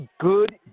good